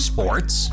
Sports